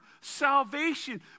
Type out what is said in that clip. salvation